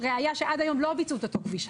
הראייה שעד היום לא ביצעו את אותו הכביש,